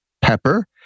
Pepper